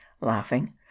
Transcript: laughing